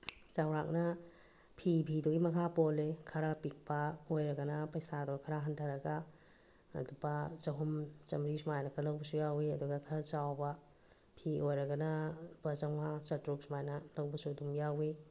ꯆꯥꯎꯔꯥꯛꯅ ꯐꯤ ꯐꯤꯗꯨꯒꯤ ꯃꯈꯥ ꯄꯣꯜꯂꯦ ꯈꯔ ꯄꯤꯛꯄ ꯑꯣꯏꯔꯒꯅ ꯄꯩꯁꯥꯗꯣ ꯈꯔ ꯍꯟꯊꯔꯒ ꯂꯨꯄꯥ ꯆꯍꯨꯝ ꯆꯥꯝꯃꯔꯤ ꯁꯨꯃꯥꯏꯅꯒ ꯂꯧꯕꯁꯨ ꯌꯥꯎꯋꯤ ꯑꯗꯨꯒ ꯈꯔ ꯆꯥꯎꯕ ꯐꯤ ꯑꯣꯏꯔꯒꯅ ꯂꯨꯄꯥ ꯆꯝꯃꯉꯥ ꯆꯥꯇ꯭ꯔꯨꯛ ꯁꯨꯃꯥꯏꯅ ꯂꯧꯕꯁꯨ ꯑꯗꯨꯝ ꯌꯥꯎꯋꯤ